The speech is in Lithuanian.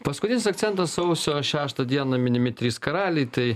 paskutinis akcentas sausio šeštą dieną minimi trys karaliai tai